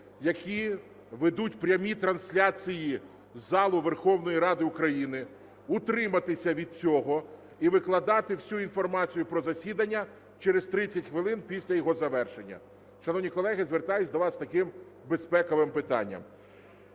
які ведуть прямі трансляції з залу Верховної Ради України утриматися від цього і викладати всю інформацію про засідання через 30 хвилин після його завершення. Шановні колеги, звертаюсь до вас з таким безпековим питанням.